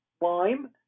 lime